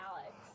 Alex